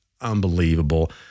unbelievable